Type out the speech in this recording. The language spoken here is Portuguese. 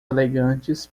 elegantes